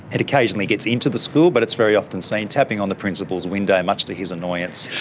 it occasionally gets into the school but it's very often seen tapping on the principal's window, much to his annoyance.